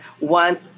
want